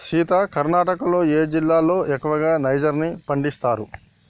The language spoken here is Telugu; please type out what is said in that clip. సీత కర్ణాటకలో ఏ జిల్లాలో ఎక్కువగా నైజర్ ని పండిస్తారు